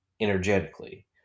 energetically